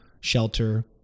shelter